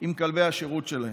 עם כלבי השירות שלהם.